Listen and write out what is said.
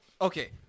Okay